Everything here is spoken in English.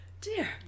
Dear